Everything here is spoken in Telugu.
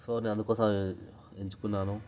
సో నేను అందుకోసమే ఎంచుకున్నాను